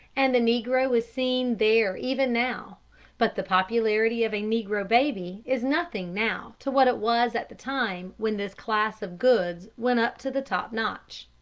and the negro is seen there even now but the popularity of a negro baby is nothing now to what it was at the time when this class of goods went up to the top notch.